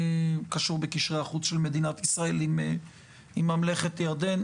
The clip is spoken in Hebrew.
קשור בקשרי החוץ של מדינת ישראל עם ממלכת ירדן.